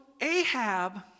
Ahab